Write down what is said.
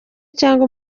cyangwa